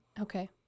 Okay